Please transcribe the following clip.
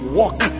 walk